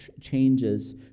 changes